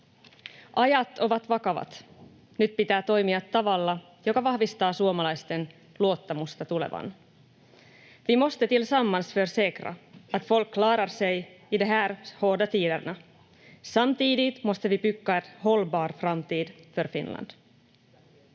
Ajat ovat vakavat. Nyt pitää toimia tavalla, joka vahvistaa suomalaisten luottamusta tulevaan. Vi måste tillsammans försäkra att folk klarar sig i de här hårda tiderna. Samtidigt måste vi bygga en hållbar framtid för Finland.